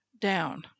down